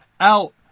out